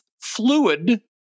fluid